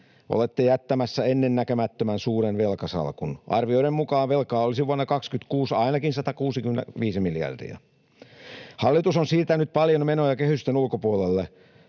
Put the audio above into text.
olette jättämässä ennennäkemättömän suuren velkasalkun. Arvioiden mukaan velkaa olisi vuonna 26 ainakin 165 miljardia. Hallitus on siirtänyt paljon menoja kehysten ulkopuolelle.